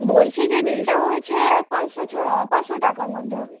বলছি যে বিলটা হয়েছে পাঁচশো ছ পাঁচশো টাকার মধ্যে